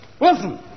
Wilson